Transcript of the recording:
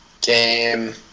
game